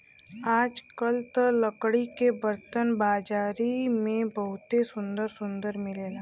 आजकल त लकड़ी के बरतन बाजारी में बहुते सुंदर सुंदर मिलेला